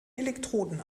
elektroden